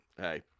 hey